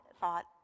thought